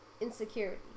insecurity